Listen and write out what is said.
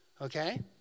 Okay